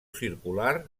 circular